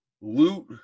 loot